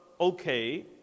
okay